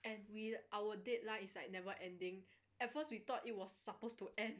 and we our deadline is like never ending at first we thought it was supposed to end